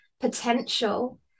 potential